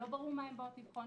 שלא ברור מה הן באות לבחון.